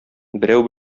берәү